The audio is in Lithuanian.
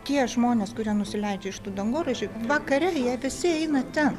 tie žmonės kurie nusileidžia iš tų dangoraižių vakare jie visi eina ten